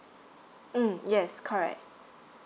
mm yes correct